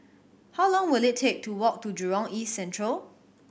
how long will it take to walk to Jurong East Central